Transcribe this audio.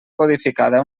codificada